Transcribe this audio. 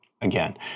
again